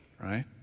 right